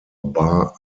bar